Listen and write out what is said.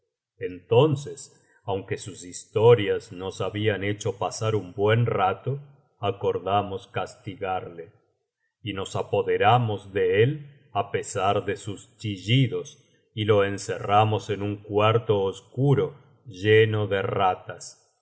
entonces aunque sus historias nos habían hecho pasar un buen rato acordamos castigarle y nos apoderamos ele él á pesar de sus chillidos y lo encerramos en un cuarto oscuro lleno de ratas